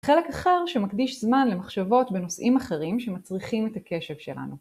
חלק אחר שמקדיש זמן למחשבות בנושאים אחרים שמצריכים את הקשב שלנו.